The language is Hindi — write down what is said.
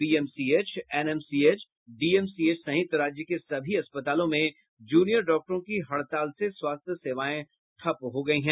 पीएमसीएच एनएमसीएच डीएमसीएच सहित राज्य के सभी अस्पतालों में जूनियर डाक्टर की हड़ताल से स्वास्थ्य सेवाएं ठप हो गयी है